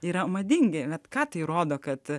yra madingi bet ką tai rodo kad